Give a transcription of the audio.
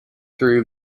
through